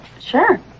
Sure